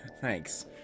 Thanks